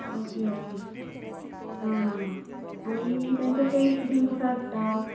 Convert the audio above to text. okay okay हां हां हां आनी तेंचो टेस्ट बी कसो आसता